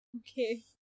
Okay